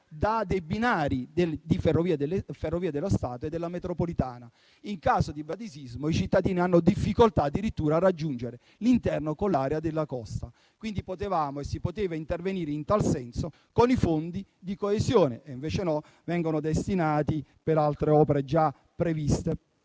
da binari delle Ferrovie dello Stato e della metropolitana. In caso di bradisismo, i cittadini hanno difficoltà addirittura a raggiungere l'interno con l'area della costa. Quindi, si poteva intervenire in tal senso con i fondi di coesione. Invece no: essi vengono destinati per altre opere già previste.